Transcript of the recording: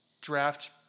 draft